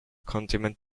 condiment